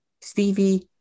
Stevie